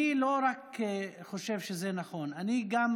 אני לא רק חושב שזה נכון, אני גם